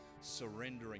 surrendering